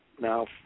now